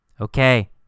Okay